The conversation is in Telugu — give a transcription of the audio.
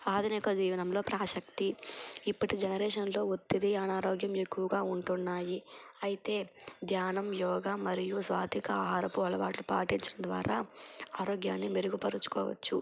ఆధునిక జీవనంలో ప్రాశక్తి ఇప్పటి జనరేషన్లో ఒత్తిది అనారోగ్యం ఎక్కువగా ఉంటున్నాయి అయితే ధ్యానం యోగ మరియు సాత్విక ఆహార ప అలవాటులు పాటించడం ద్వారా ఆరోగ్యాన్ని మెరుగుపరుచుకోవచ్చు